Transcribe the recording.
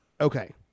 Okay